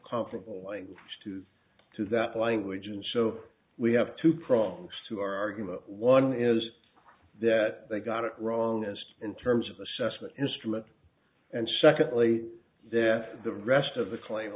comparable language to to that language and so we have two prongs to our argument one is that they got it wrong as in terms of assessment instrument and secondly that the rest of the cl